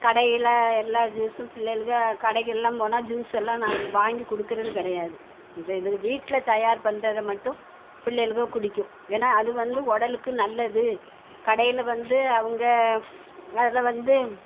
கடையில் எல்லா ஜூஸும் பிள்ளையளு கடைக்கு எல்லாம் போனால் ஜூஸ் எல்லாம் நாங்கள் வாங்கி கொடுக்கறது கிடையாது இந்த இதுக்கு வீட்டில் தயார் பண்றதை மட்டும் பிள்ளையள் குடிக்கும் ஏன்னால் அது வந்து உடலுக்கு நல்லது கடையில் வந்து அவங்க அதில் வந்து